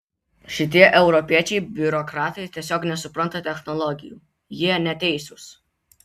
šitie europiečiai biurokratai tiesiog nesupranta technologijų jie neteisūs